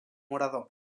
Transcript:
orador